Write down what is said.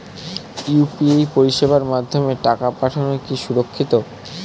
UPI পরিষেবার মাধ্যমে টাকা পাঠানো কি সুরক্ষিত?